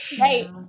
right